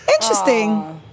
Interesting